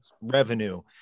revenue